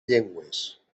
llengües